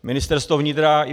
Ministerstvo vnitra i